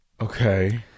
Okay